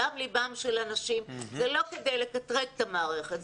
מדם ליבם של אנשים ולא כדי לקטרג את המערכת.